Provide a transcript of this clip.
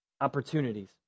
opportunities